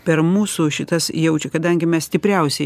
per mūsų šitas jau čia kadangi mes stipriausiai